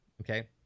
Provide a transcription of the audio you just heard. okay